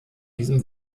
diesem